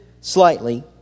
slightly